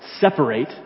separate